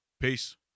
Peace